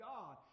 God